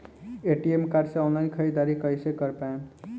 ATM card से online ख़रीदारी कइसे कर पाएम?